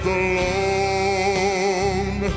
alone